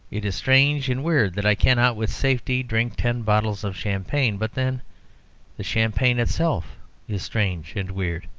it is strange and weird that i cannot with safety drink ten bottles of champagne but then the champagne itself is strange and weird,